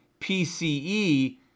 PCE